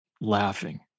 laughing